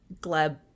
Gleb